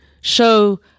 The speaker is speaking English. show